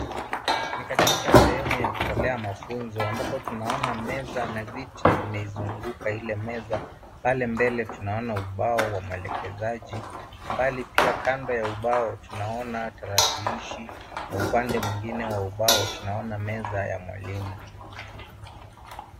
Ni katika sehemu ya kutolea mafunzo ambapo tunaona meza na viti vimeizunguka ile meza. Pale mbele tunaona ubao wa mwelekezaji. Kwa mbali pia kando ya ubao tunaona tarakilishi na upande mwingine wa ubao tunaona meza ya mwalimu.